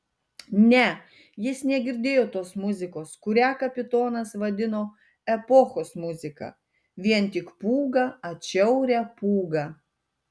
ne jis negirdėjo tos muzikos kurią kapitonas vadino epochos muzika vien tik pūgą atšiaurią pūgą